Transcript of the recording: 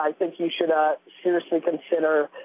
um think you should ah seriously consider